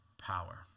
power